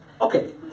Okay